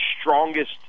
strongest